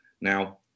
Now